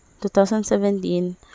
2017